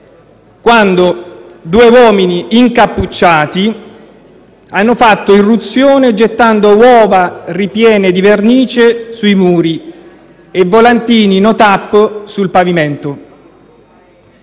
quando due uomini incapucciati hanno fatto irruzione gettando uova ripiene di vernice sui muri e volantini No TAP sul pavimento.